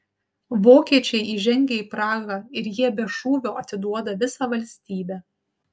vokiečiai įžengia į prahą ir jie be šūvio atiduoda visą valstybę